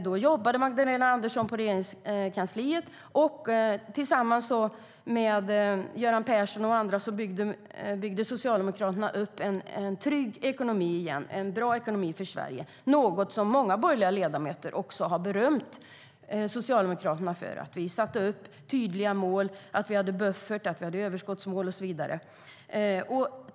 Då jobbade Magdalena Andersson på Regeringskansliet, och tillsammans med Göran Persson och andra byggde Socialdemokraterna upp en trygg och bra ekonomi för Sverige igen. Många borgerliga ledamöter har berömt Socialdemokraterna för att vi satte upp tydliga mål och att vi hade buffert, överskottsmål och så vidare.